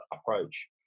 approach